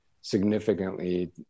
significantly